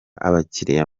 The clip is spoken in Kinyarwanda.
abakiriya